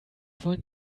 wollen